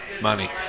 money